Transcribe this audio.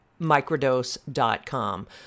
microdose.com